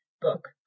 book